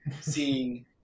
seeing